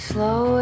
Slow